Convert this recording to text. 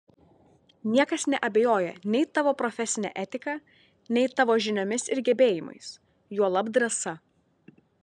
niekas neabejoja nei tavo profesine etika nei tavo žiniomis ir gebėjimais juolab drąsa